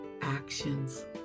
actions